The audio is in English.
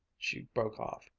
she broke off.